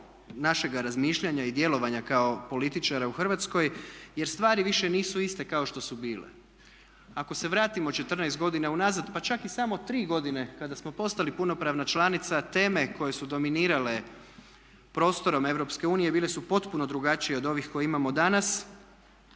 našeg razmišljanja i djelovanja kao političara u Hrvatskoj jer stvari više nisu iste kao što su bile. Ako se vratimo 14 godina unazad pa čak i samo 3 godine kada smo postali punopravna članica teme koje su dominirale prostorom EU bile su potpuno drugačije od ovih koje imamo danas.